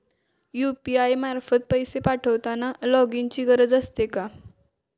UPI मार्फत पैसे पाठवताना लॉगइनची गरज असते का?